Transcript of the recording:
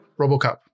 RoboCop